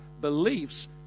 beliefs